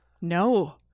No